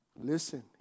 Listen